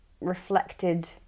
reflected